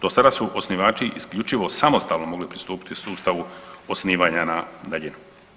Do sada su osnivači isključivo samostalno mogli pristupiti sustavu osnivanja na daljinu.